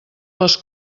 les